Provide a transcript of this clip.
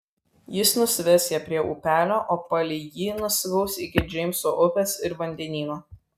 jis nusives ją prie upelio o palei jį nusigaus iki džeimso upės ir vandenyno